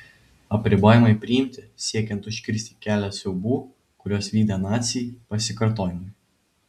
apribojimai priimti siekiant užkirsti kelią siaubų kuriuos vykdė naciai pasikartojimui